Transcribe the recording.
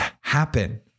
happen